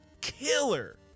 killer